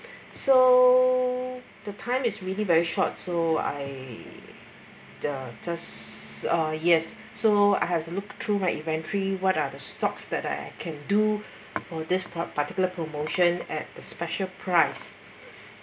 so the time is really very short so I the just uh yes so I have to look through my inventory what are the stocks that I can do for this part~particular promotion at a special price